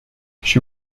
she